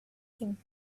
him